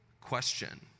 question